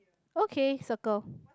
okay circle